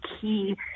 key